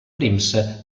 premsa